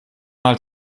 mal